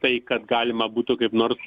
tai kad galima būtų kaip nors